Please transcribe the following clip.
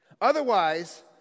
Otherwise